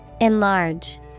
Enlarge